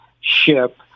SHIP